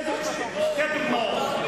אבל מותר למכור.